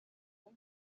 kuko